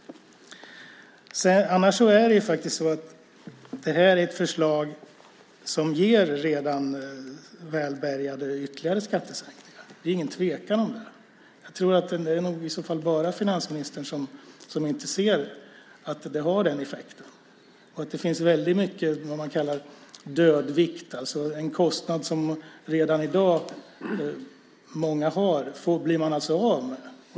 Det här är ett förslag som ger redan välbärgade ytterligare skattesänkningar; det råder ingen tvekan om det. Det är nog bara finansministern som inte ser att det har den effekten. Det finns mycket som man kan kalla för dödvikt, alltså en kostnad som många har redan i dag och som de blir av med.